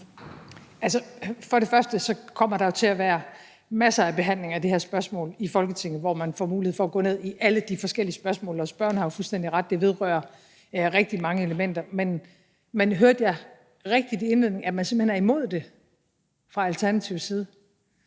Først og fremmest kommer der jo til at være masser af behandlinger af det her spørgsmål i Folketinget, hvor man får mulighed for at gå ned i alle de forskellige spørgsmål, og spørgeren har jo fuldstændig ret i, at det vedrører rigtig mange elementer. Men hørte jeg rigtigt i indledningen af spørgsmålet, at man simpelt hen er imod det fra Alternativets side?